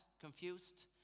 confused